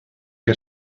que